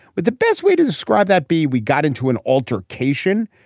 with the best way to describe that be we got into an altercation.